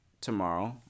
tomorrow